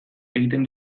egiten